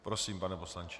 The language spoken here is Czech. Prosím, pane poslanče.